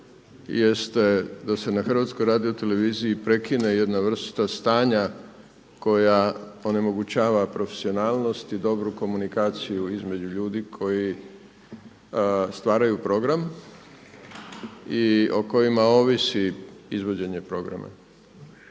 jeste da se na HRT-u prekine jedna vrsta stanja koja onemogućava profesionalnog i dobru komunikaciju između ljudi koji stvaraju program i o kojima ovisi izvođenje programa.